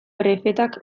prefetak